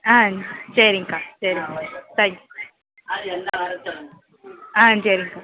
ஆ சரிங்க்கா சரிங்க்கா தேங்க்யூ ஆ சரிங்க்கா